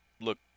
look